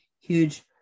huge